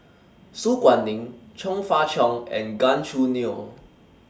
Su Guaning Chong Fah Cheong and Gan Choo Neo